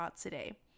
today